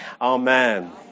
Amen